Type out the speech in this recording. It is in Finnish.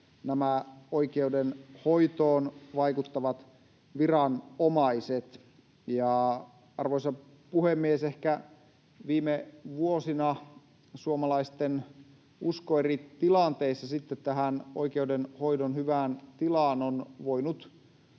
nämä oikeudenhoitoon vaikuttavat viranomaiset. Arvoisa puhemies! Ehkä viime vuosina suomalaisten usko eri tilanteissa sitten tähän oikeudenhoidon hyvään tilaan on voinut